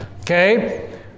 Okay